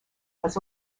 was